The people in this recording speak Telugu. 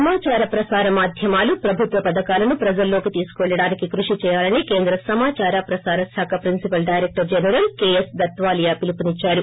సమాచార ప్రసార మాధ్యమాలు ప్రభుత్వం పథకాలను ప్రజల్లోకి తీసుకుపెళ్లడానికి కృషి చేయాలని కేంద్ర సమాచార ప్రసార శాఖ principal director general KS Dhatwalia పిలుపునిచ్చారు